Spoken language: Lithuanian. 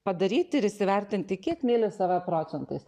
padaryti ir įsivertinti kiek myli save procentais